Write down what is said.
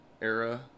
era